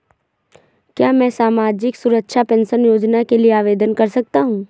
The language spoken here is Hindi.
क्या मैं सामाजिक सुरक्षा पेंशन योजना के लिए आवेदन कर सकता हूँ?